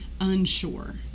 unsure